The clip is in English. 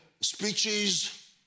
speeches